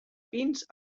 pins